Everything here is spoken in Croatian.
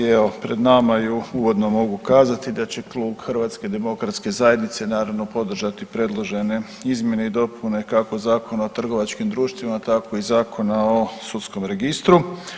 Evo pred nama je i uvodno mogu kazati da će klub HDZ-a naravno podržati predložene izmjene i dopune kako Zakona o trgovačkim društvima tako i Zakona o Sudskom registru.